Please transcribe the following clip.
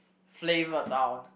flavourtown